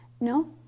No